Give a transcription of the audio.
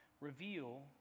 reveal